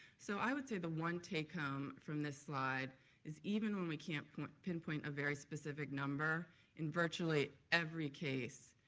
so i would say the one take-home from this slide is even when we can't pinpoint a very specific number in virtually every case,